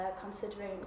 considering